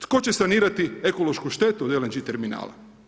Tko će sanirati ekološku štetu od LNG terminala?